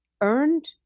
earned